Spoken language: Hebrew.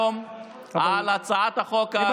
אז אני מאוד שמח היום על הצעת החוק הראשונה,